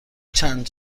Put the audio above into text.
چند